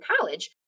college